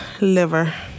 Liver